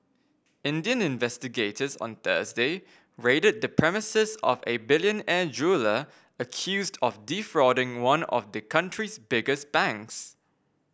Indian investigators on Thursday raided the premises of a billionaire jeweller accused of defrauding one of the country's biggest banks